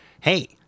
hey